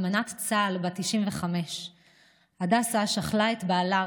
אלמנת צה"ל בת 95. הדסה שכלה את בעלה,